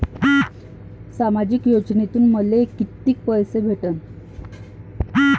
सामाजिक योजनेतून मले कितीक पैसे भेटन?